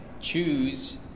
choose